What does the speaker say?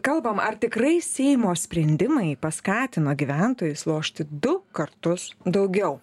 kalbam ar tikrai seimo sprendimai paskatino gyventojus lošti du kartus daugiau